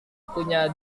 punya